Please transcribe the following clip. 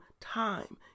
time